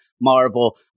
Marvel